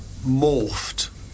morphed